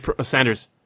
Sanders